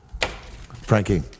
Frankie